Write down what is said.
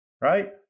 right